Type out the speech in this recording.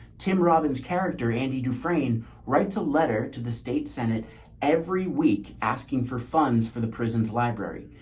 tim robbins character, andy dufrasne writes a letter to the state senate every week asking for funds for the prison's library.